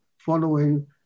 Following